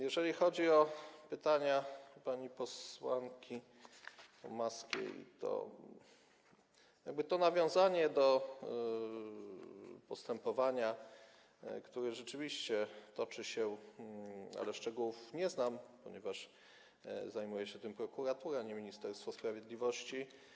Jeżeli chodzi o pytania pani posłanki Pomaskiej, o nawiązanie do postępowania, które rzeczywiście się toczy, to szczegółów nie znam, ponieważ zajmuje się tym prokuratura, a nie Ministerstwo Sprawiedliwości.